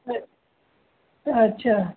अच्छा